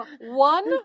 One